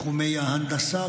בתחומי ההנדסה,